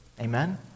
Amen